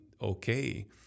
okay